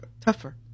tougher